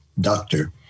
Doctor